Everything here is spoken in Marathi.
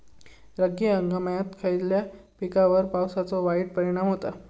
रब्बी हंगामात खयल्या पिकार पावसाचो वाईट परिणाम होता?